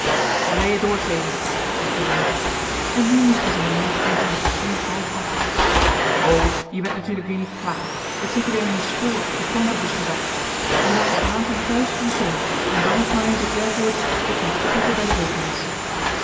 leien doorgeven roept meneer en nu moest hij zijn lei geven met de som half af o jij bent natuurlijk weer niet klaar je hebt zeker weer aan je spoor of je plantenbus gedacht je maakt van avond thuis je som en dan nog maar eens het werkwoord ik moet opletten bij de rekenles